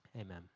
Amen